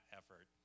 effort